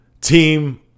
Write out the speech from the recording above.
Team